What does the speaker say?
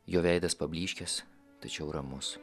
jo veidas pablyškęs tačiau ramus